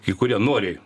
kai kurie noriai